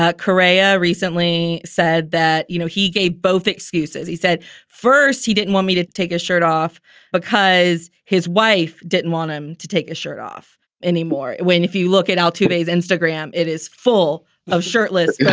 ah korea recently said that, you know, he gave both excuses. he said first he didn't want me to take a shirt off because his wife didn't want him to take his shirt off anymore. when if you look at all today's instagram, it is full of shirtless. yeah